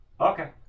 Okay